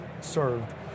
served